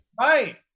Right